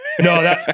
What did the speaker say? No